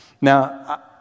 Now